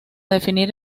definir